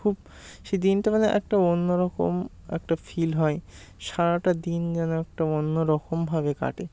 খুব সেই দিনটা মানে একটা অন্যরকম একটা ফিল হয় সারাটা দিন যেন একটা অন্য রকমভাবে কাটে